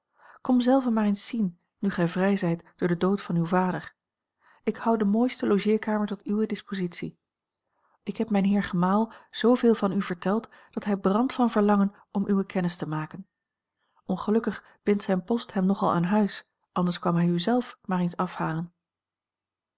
kom zelve maar eens zien nu gij vrij zijt door den dood van uw vader ik houd de mooiste logeerkamer tot uwe dispositie ik heb mijn heer gemaal zooveel van u verteld dat hij brandt van verlangen om uwe kennis te maken ongelukkig bindt zijn post hem nogal aan huis anders kwam hij u zelf maar eens afhalen